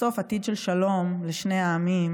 בסוף עתיד של שלום לשני העמים